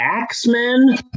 Axemen